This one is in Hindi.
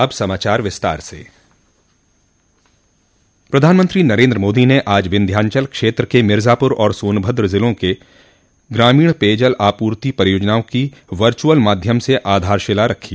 अब समाचार विस्तार से प्रधानमंत्री नरेन्द्र मोदी ने आज विंध्याचल क्षेत्र के मिर्जापुर और सोनभद्र जिलों में ग्रामीण पेयजल आपूर्ति परियोजनाओं की वर्चुअल माध्यम से आधारशिला रखी